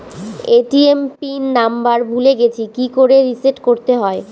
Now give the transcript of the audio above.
ATM PIN number ভুলে গেছি কি করে রিসেট করতে হয়?